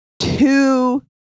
two